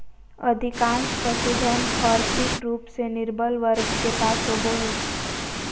अधिकांश पशुधन, और्थिक रूप से निर्बल वर्ग के पास होबो हइ